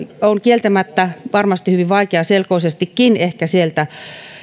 on kieltämättä varmasti hyvin vaikeaselkoisestikin ehkä sieltä